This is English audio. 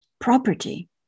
property